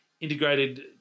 Integrated